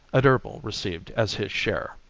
adherbal received as his share.